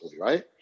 right